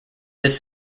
his